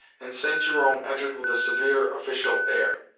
and st. jerome entered with a severe, official air.